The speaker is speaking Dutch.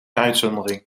uitzondering